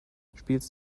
spielst